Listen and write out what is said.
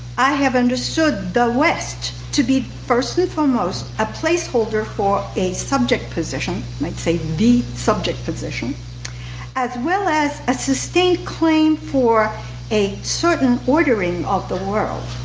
i have understood the west to be first and foremost a placeholder for a subject position might say the subject position as well as a sustained claim for a certain ordering of the world.